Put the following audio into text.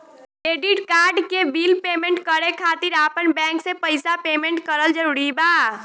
Credit card के bill payment करे खातिर आपन बैंक से पईसा पेमेंट करल जरूरी बा?